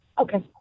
Okay